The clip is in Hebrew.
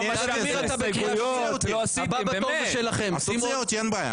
אז תוציא אותי, אין בעיה.